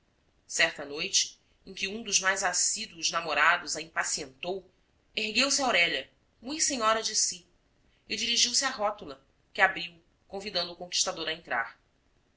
certa noite em que um dos mais assíduos namorados a impacientou ergueu-se aurélia mui senhora de si e dirigiu-se à rótula que abriu convidando o conquistador a entrar